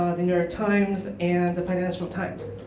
ah the new york times, and the financial times.